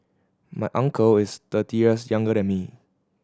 my uncle is thirty years younger than me